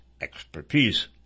expertise